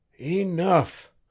Enough